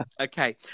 Okay